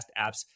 apps